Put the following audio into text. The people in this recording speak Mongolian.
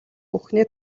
бүхний